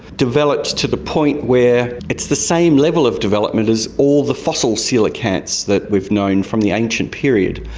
develops to the point where it's the same level of development as all the fossil coelacanths that we've known from the ancient period.